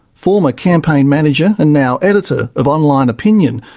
former campaign manager and now editor of online opinion,